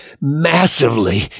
massively